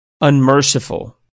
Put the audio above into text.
unmerciful